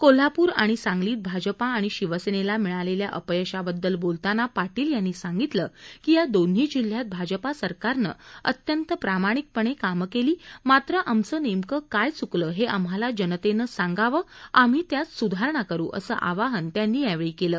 कोल्हापूर आणि सांगलीत भाजपा आणि शिवसेनेला मिळालेल्या अपयशाबददल बोलताना पाटील यांनी सांगितलं की या दोन्ही जिल्ह्यात भाजपा सरकारनं अत्यंत प्रामाणिकपणे कामं केली मात्र आमचं नेमकं काय च्वकलं हे आम्हाला जनतेनं सांगावं आम्ही त्यात सुधारणा करू असं आवाहन त्यांनी केलं